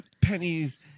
pennies